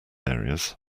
areas